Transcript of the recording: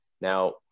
Now